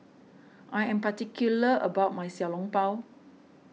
I am particular about my Xiao Long Bao